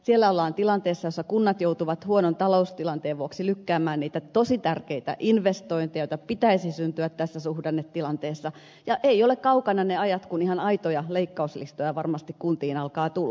siellä ollaan tilanteessa jossa kunnat joutuvat huonon taloustilanteen vuoksi lykkäämään niitä tosi tärkeitä investointeja joita pitäisi syntyä tässä suhdannetilanteessa ja eivät ole kaukana ne ajat kun ihan aitoja leikkauslistoja varmasti kuntiin alkaa tulla